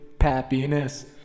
happiness